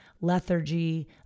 lethargy